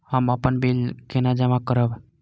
हम अपन बिल केना जमा करब?